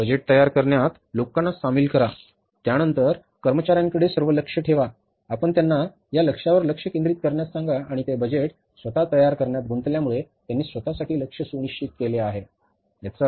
budget तयार करण्यात लोकांना सामील करा त्यानंतर कर्मचाऱ्यांकडे सर्व लक्ष ठेवा आपण त्यांना या लक्ष्यांवर लक्ष केंद्रित करण्यास सांगा आणि ते बजेट स्वतः तयार करण्यात गुंतल्यामुळे त्यांनी स्वत साठी लक्ष्य निश्चित केले आहे